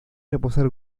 reposar